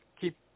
keep